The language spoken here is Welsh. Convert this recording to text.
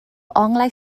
onglau